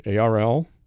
ARL